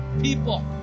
people